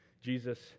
Jesus